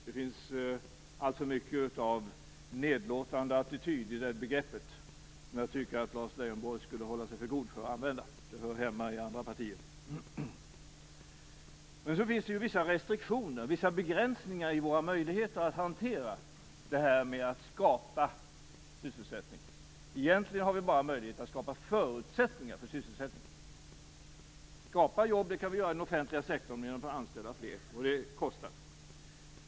Det finns alltför mycket av nedlåtande attityd i det begreppet, och jag tycker att Lars Leijonborg borde hålla sig för god för att använda det. Det hör hemma i andra partier. Det finns ju vissa restriktioner, vissa begränsningar i våra möjligheter att hantera det här med att skapa sysselsättning. Egentligen har vi bara möjlighet att skapa förutsättningar för sysselsättning. Skapa jobb kan vi göra i den offentliga sektorn genom att anställa fler, och det kostar.